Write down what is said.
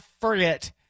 forget